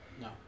No